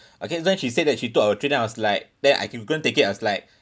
okay then she said that she took our tray then I was like then I couldn't take it I was like